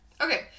Okay